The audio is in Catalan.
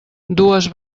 dues